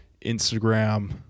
Instagram